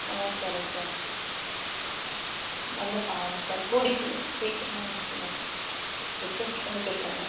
ஆ சரிங்க சார் வந்து பாருங்கள் சார் கூடிய சீ சீக்கிரமாக வாங்க சார் ரெக்வஸ்ட் பண்ணி கேட்கறங்க